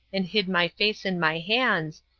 and hid my face in my hands,